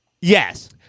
Yes